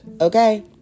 okay